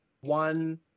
one